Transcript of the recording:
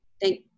Thank